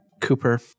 Cooper